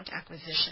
acquisition